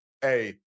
Hey